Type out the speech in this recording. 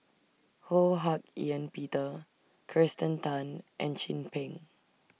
Ho Hak Ean Peter Kirsten Tan and Chin Peng